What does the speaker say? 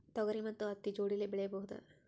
ತೊಗರಿ ಮತ್ತು ಹತ್ತಿ ಜೋಡಿಲೇ ಬೆಳೆಯಬಹುದಾ?